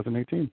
2018